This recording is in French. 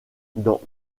dans